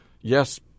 yes